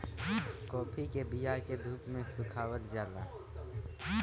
काफी के बिया के धूप में सुखावल जाला